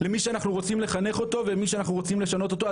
למי שאנחנו רוצים לחנך אותו ומי שאנחנו רוצים לשנות אותו.